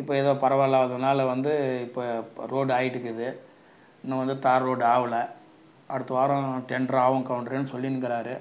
இப்போ ஏதோ பரவாயில்லை அதனால் வந்து இப்போ ரோடு ஆயிட்டுருக்குது இன்னும் வந்து தார் ரோடு ஆகல அடுத்தவாரம் டெண்டர் ஆகும் கவுண்டரேன்னு சொல்லிருக்குறாரு